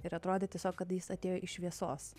ir atrodė tiesiog kad jis atėjo iš šviesos